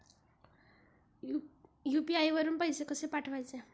UPI वरून पैसे कसे पाठवायचे?